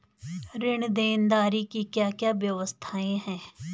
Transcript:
ऋण देनदारी की क्या क्या व्यवस्थाएँ हैं?